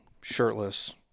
shirtless